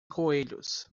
coelhos